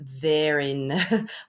therein